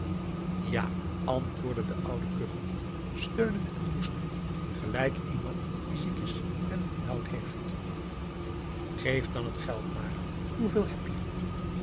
ja antwoordde de oude kuchend steunend en hoestend gelijk iemand die ziek is en het benauwd heeft geef dan het geld maar hoeveel heb je